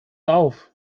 auf